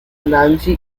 nancy